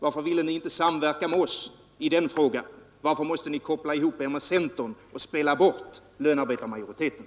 Varför ville ni inte samverka med oss i den frågan? Varför måste ni koppla ihop er med centern och spela bort lönearbetarmajoriteten?